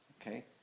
Okay